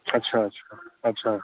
अच्छा अच्छा अच्छा